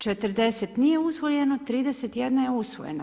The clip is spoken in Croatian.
40 nije usvojeno, 31 je usvojena.